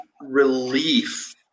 relief